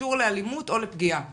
שקשור לאלימות או לפגיעה כלשהי.